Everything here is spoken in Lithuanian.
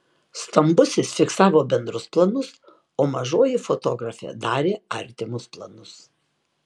stambusis fiksavo bendrus planus o mažoji fotografė darė artimus planus